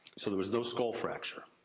so there was no skull fracture.